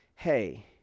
hey